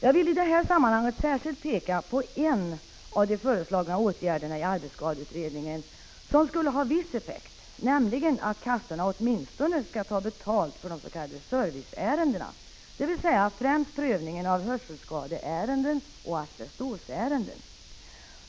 Jag vill i det här sammanhanget särskilt peka på en av de föreslagna åtgärderna i arbetsskadeutredningen, som skulle ha viss effekt, nämligen att kassorna åtminstone skall ta betalt för de s.k. serviceärendena, dvs. främst prövningen av hörselskadeärenden och asbestosärenden.